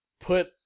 put